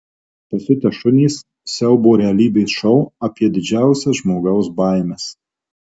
pasiutę šunys siaubo realybės šou apie didžiausias žmogaus baimes